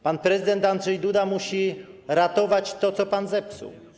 Pan prezydent Andrzej Duda musi ratować to, co pan zepsuł.